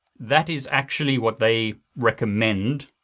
that is actually what they recommend.